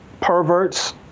perverts